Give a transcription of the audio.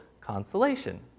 consolation